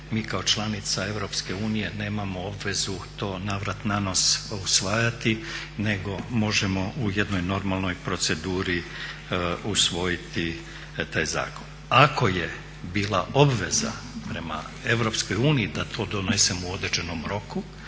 Mi kao članica EU nemamo obvezu to na vrat na nos usvajati nego možemo u jednoj normalnoj proceduri usvojiti taj zakon. Ako je bila obveza prema EU da to donesemo u određenom roku,